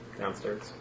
downstairs